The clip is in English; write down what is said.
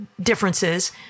differences